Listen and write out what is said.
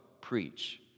preach